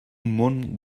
món